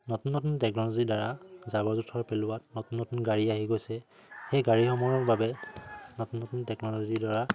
নতুন নতুন টেকন'লজিৰ দ্বাৰা জাবৰ জোথৰ পেলোৱাত নতুন নতুন গাড়ী আহি গৈছে সেই গাড়ীসমূহৰ বাবে নতুন নতুন টেকন'লজিৰ দ্বাৰা